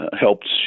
helped